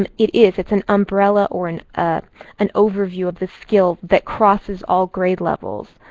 um it is. it's an umbrella or an ah an overview of the skill that crosses all grade levels.